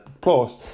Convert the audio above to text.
Plus